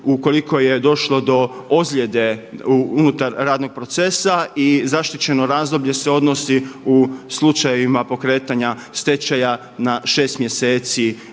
ukoliko je došlo do ozljede unutar radnog procesa i zaštićeno razdoblje se odnosi u slučajevima pokretanja stečaja na šest mjeseci